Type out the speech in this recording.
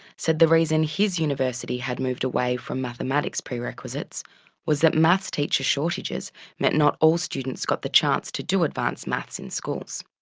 said the reason his university had moved away from mathematics prerequisites was that maths teacher shortages meant not all students got the chance to do advanced maths in schools.